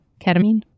ketamine